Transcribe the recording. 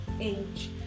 age